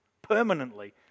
permanently